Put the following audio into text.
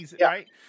right